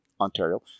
Ontario